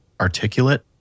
articulate